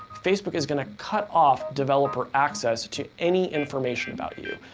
facebook is gonna cut off developer access to any information about you.